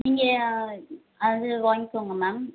நீங்கள் அது வாங்கிக்கோங்க மேம்